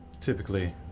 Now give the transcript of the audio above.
typically